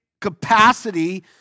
capacity